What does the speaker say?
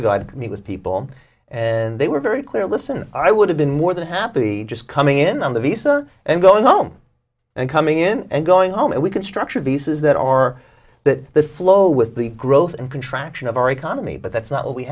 meet with people and they were very clear listen i would have been more than happy just coming in on the visa and going home and coming in and going home and we can structure pieces that are that the flow with the growth and contraction of our economy but that's not what we